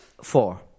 Four